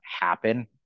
happen